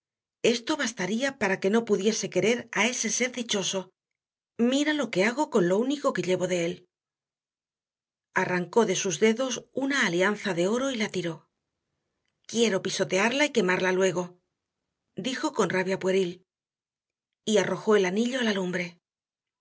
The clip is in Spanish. esto bastaría para que no pudiese querer a ese ser dichoso mira lo que hago con lo único que llevo de él arrancó de sus dedos una alianza de oro y la tiró quiero pisotearla y quemarla luego dijo con rabia pueril y arrojó el anillo a la lumbre